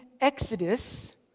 Exodus